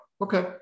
okay